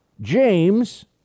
James